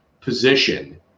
position